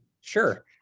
sure